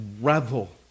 revel